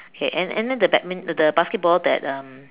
okay and and the badminton the basketball that um